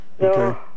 Okay